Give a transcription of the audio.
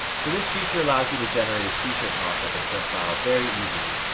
so this feature allows you to generate a t-shirt mockup and print file very easily.